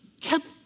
kept